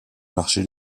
marché